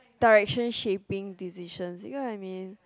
direction shaping decision you know what I mean